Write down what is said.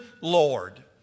Lord